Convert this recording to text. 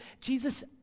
Jesus